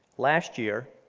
last year,